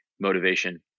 motivation